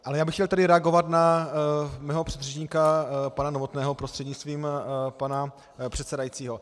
Ale chtěl bych reagovat na svého předřečníka pana Novotného prostřednictvím pana předsedajícího.